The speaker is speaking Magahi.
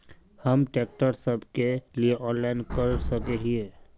हम ट्रैक्टर सब के लिए ऑनलाइन कर सके हिये?